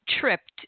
tripped